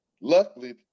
Luckily